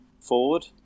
forward